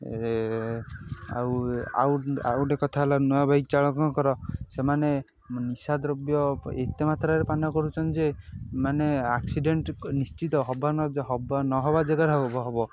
ଆଉ ଆଉ ଆଉ ଗୋଟେ କଥା ହେଲା ନୂଆ ବାଇକ ଚାଳକଙ୍କର ସେମାନେ ନିଶା ଦ୍ରବ୍ୟ ଏତେ ମାତ୍ରାରେ ପାନ କରୁଛନ୍ତି ଯେ ମାନେ ଆକ୍ସିଡେଣ୍ଟ ନିଶ୍ଚିତ ହେବ ନହେବା ଜାଗାରେ ହେବ